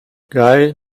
guy